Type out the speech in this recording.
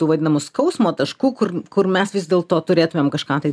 tų vadinamų skausmo taškų kur kur mes vis dėlto turėtumėm kažką tai